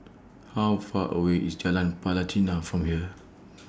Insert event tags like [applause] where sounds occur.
How Far away IS Jalan Pelatina from here [noise]